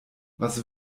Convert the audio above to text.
was